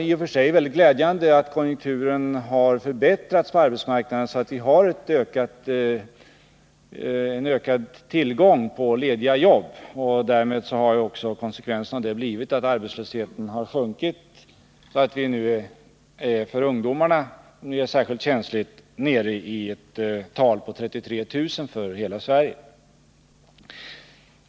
I och för sig är det mycket glädjande att konjunkturen på arbetsmarknaden har förbättrats, så att vi har större tillgång på lediga jobb. En konsekvens härav har ju blivit att arbetslösheten har sjunkit, så att den beträffande ungdomarna, för vilka det är särskilt känsligt, är nere i 33 000 för hela landet.